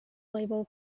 label